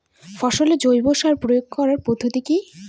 ফসলে জৈব সার প্রয়োগ করার পদ্ধতি কি?